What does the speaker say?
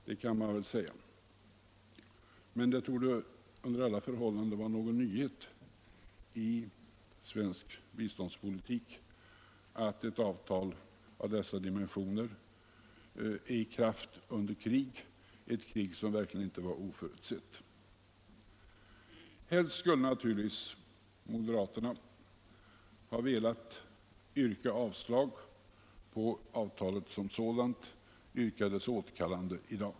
Det kan man väl säga, men det torde under alla förhållanden vara en nyhet i svensk biståndspolitik att ett avtal av dessa dimensioner är i kraft under krig — ett krig som verkligen inte var oförutsett. Helst skulle naturligtvis moderaterna i dag ha velat yrka avslag på avtalet som sådant, yrka på dess återkallande.